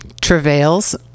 travails